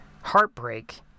heartbreak